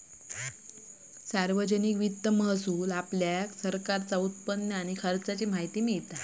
सार्वजनिक वित्त मधसून आपल्याक सरकारचा उत्पन्न आणि खर्चाची माहिती मिळता